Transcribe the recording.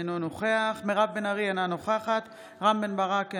אינו נוכח מירב בן ארי,